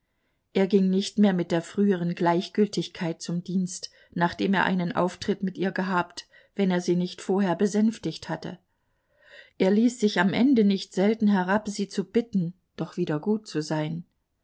er ging nicht mehr mit der früheren gleichgültigkeit zum dienst nachdem er einen auftritt mit ihr gehabt wenn er sie nicht vorher besänftigt hatte er ließ sich am ende nicht selten herab sie zu bitten doch wieder gut zu sein